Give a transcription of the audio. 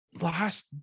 last